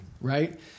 right